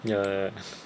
ya ya